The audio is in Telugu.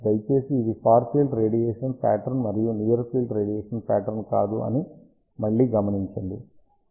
దయచేసి ఇవి ఫార్ ఫీల్డ్ రేడియేషన్ పాట్రన్ మరియు నియర్ ఫీల్డ్ రేడియేషన్ పాట్రన్ కాదు అని మళ్ళీ గమనించండి